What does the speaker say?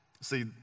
see